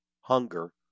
hunger